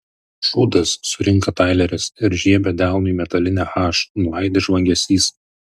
šūdas surinka taileris ir žiebia delnu į metalinę h nuaidi žvangesys